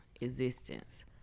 existence